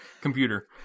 computer